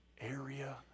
area